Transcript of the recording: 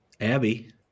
Abby